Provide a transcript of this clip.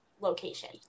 location